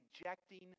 rejecting